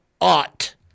ought